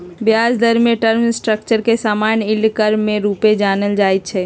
ब्याज दर के टर्म स्ट्रक्चर के समान्य यील्ड कर्व के रूपे जानल जाइ छै